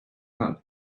are